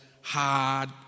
hard